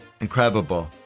Incredible